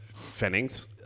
Fennings